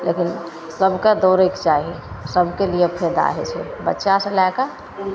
लेकिन सभकेँ दौड़ैके चाही सभके लिए फायदा होइ छै बच्चासे लैके